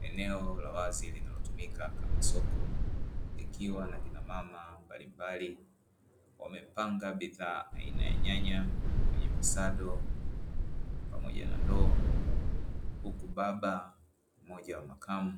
Eneo la wazi linalotumika kama soko likiwa na kina mama mbalimbali, wamepanga bidhaa aina ya nyanya kwenye visado pamoja na ndoo huku baba mmoja wa makamo